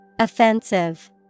Offensive